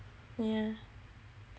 yah